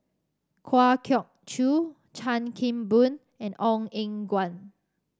Kwa Geok Choo Chan Kim Boon and Ong Eng Guan